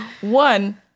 One